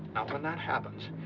when that happens,